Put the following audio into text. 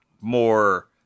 more